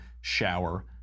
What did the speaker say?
shower